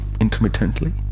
intermittently